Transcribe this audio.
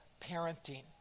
parenting